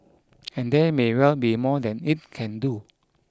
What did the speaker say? and there may well be more than it can do